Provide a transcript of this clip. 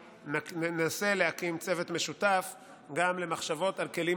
ננסה להקים צוות משותף גם למחשבות על כלים